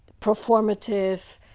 Performative